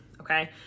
okay